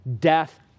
death